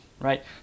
right